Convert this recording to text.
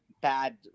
bad